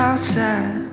Outside